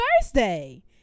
Thursday